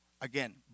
Again